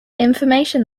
information